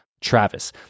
Travis